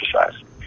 exercise